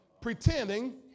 pretending